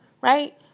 Right